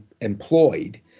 employed